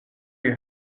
you